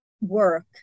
work